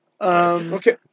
Okay